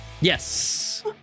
Yes